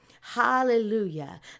Hallelujah